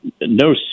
no